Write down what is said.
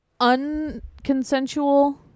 unconsensual